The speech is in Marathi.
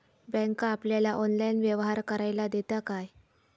बँक आपल्याला ऑनलाइन व्यवहार करायला देता काय?